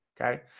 okay